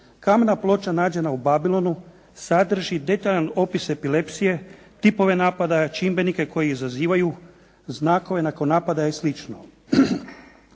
Kamena ploča nađena u Babilonu sadrži detaljan opis epilepsije, tipove napadaja, čimbenike koji je izazivaju, znakove nakon napadaja i sl.